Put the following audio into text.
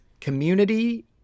community